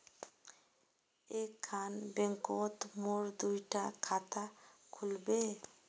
एक खान बैंकोत मोर दुई डा खाता खुल बे?